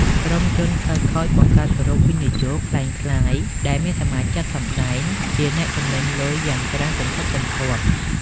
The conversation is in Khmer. ក្រុមជនខិលខូចបង្កើត "Group វិនិយោគ" ក្លែងក្លាយ ដែលមានសមាជិកសម្តែងជាអ្នកចំណេញលុយយ៉ាងច្រើនសន្ធឹកសន្ធាប់។